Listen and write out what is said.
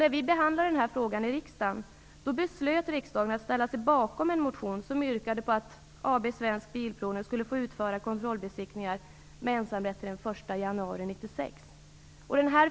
När vi behandlade frågan i riksdagen beslöt riksdagen att ställa sig bakom en motion där man yrkade på att AB Svensk Bilprovning skulle få utföra kontrollbesiktningar med ensamrätt fram till den 1 januari 1996.